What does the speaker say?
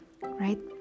right